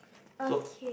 so